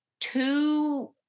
two